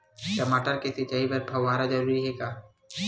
टमाटर के सिंचाई बर फव्वारा जरूरी हे का?